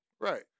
Right